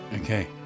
Okay